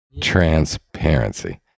Transparency